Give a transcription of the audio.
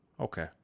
Okay